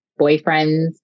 boyfriends